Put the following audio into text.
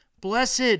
Blessed